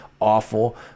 awful